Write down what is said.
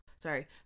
Sorry